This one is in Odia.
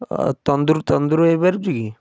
ଓ ତନ୍ଦୁର ତନ୍ଦୁର ହେଇପାରୁଛି କି